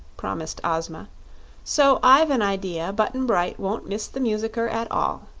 promised ozma so i've an idea button-bright won't miss the musicker at all.